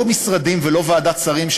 לא משרדים ולא ועדת שרים,